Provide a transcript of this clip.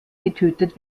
getötet